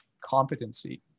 competency